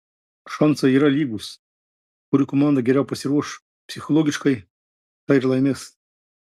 šansai yra lygūs kuri komanda geriau pasiruoš psichologiškai ta ir laimės